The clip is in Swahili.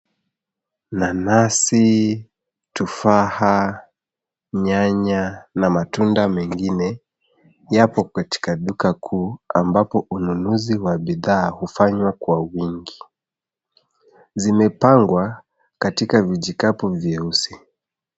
Nanasi, tufaha , nyanya na matunda mengine yapo katika duka kuu ambapo ununuzi wa bidhaa hufanywa kwa wingi zimepangwa katika vijikapu vyeusi.